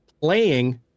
playing